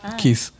kiss